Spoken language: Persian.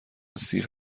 سیر